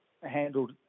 handled